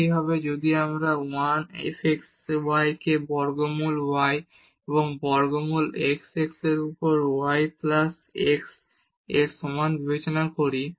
একইভাবে যদি আমরা এই 1 f x y কে বর্গমূল y এবং বর্গমূল x x এর উপর y প্লাস x এর সমান বিবেচনা করি